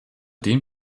den